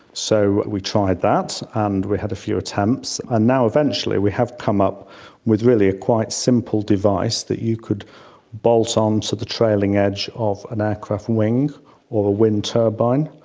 so we tried that, and we had a few attempts. and now eventually we have come up with really a quite simple device that you could bolt on to the trailing edge of an aircraft wing or a wind turbine.